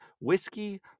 whiskey